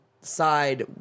side